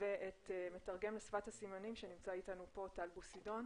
ואת המתרגם לשפת הסימנים שנמצא איתנו פה טל בוסידון.